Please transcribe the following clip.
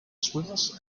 swimmers